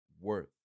worth